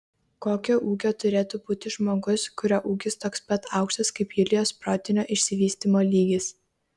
kokio ūgio turėtų būti žmogus kurio ūgis toks pat aukštas kaip julijos protinio išsivystymo lygis